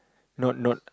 not not